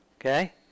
Okay